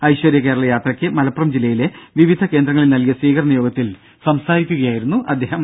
ഐശ്വര്യ കേരളയാത്രക്ക് മലപ്പുറം ജില്ലയിലെ വിവിധ കേന്ദ്രങ്ങളിൽ നൽകിയ സ്വീകരണ യോഗത്തിൽ സംസാരിക്കുകയായിരുന്നു അദ്ദേഹം